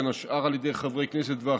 בין השאר על ידי חברי כנסת ואחרים,